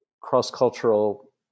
cross-cultural